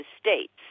states